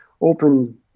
Open